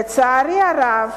לצערי הרב,